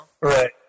Right